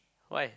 why